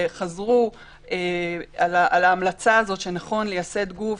שחזרו על ההמלצה הזאת שנכון לייסד גוף